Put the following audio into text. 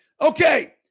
Okay